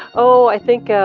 oh, i think,